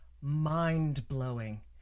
mind-blowing